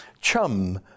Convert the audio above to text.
chum